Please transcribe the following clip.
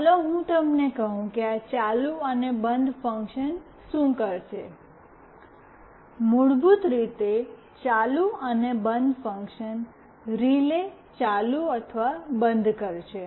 ચાલો હું તમને કહું કે આ ચાલુ અને બંધ ફંક્શન શું કરશે મૂળભૂત રીતે ચાલુ અને બંધ ફંક્શન રીલે ચાલુ અથવા બંધ કરશે